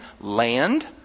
land